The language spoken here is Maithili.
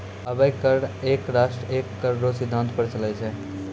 अबै कर एक राष्ट्र एक कर रो सिद्धांत पर चलै छै